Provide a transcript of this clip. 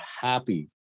happy